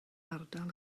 ardal